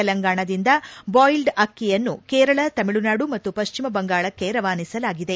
ತೆಲಂಗಾಣದಿಂದ boiled ಅಕ್ತಿಯನ್ನು ಕೇರಳ ತಮಿಳುನಾಡು ಮತ್ತು ಪಶ್ಚಿಮ ಬಂಗಾಳಕ್ಕೆ ರವಾನಿಸಲಾಗಿದೆ